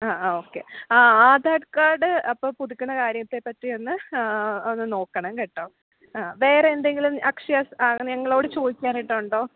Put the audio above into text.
ആ ആ ഓക്കെ ആ ആധാർ കാർഡ് അപ്പം പുതുക്കുന്ന കാര്യത്തെപറ്റി ഒന്ന് ഒന്ന് നോക്കണം കേട്ടോ ആ വേറെ എന്തെങ്കിലും അക്ഷയ ആ ഞങ്ങളോട് ചോദിക്കാനായിട്ട് ഉണ്ടോ